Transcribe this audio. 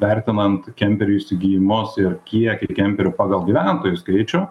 vertinant kemperių įsigijimus ir kiekį kemperių pagal gyventojų skaičių